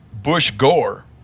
Bush-Gore